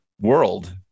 world